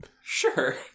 Sure